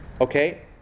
Okay